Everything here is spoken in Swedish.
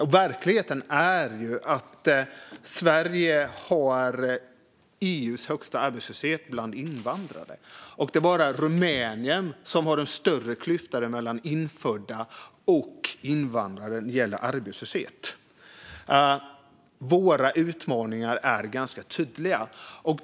Och verkligheten är att Sverige har EU:s högsta arbetslöshet bland invandrare. Det är bara Rumänien som har större klyftor mellan infödda och invandrare när det gäller arbetslöshet. Våra utmaningar är ganska tydliga.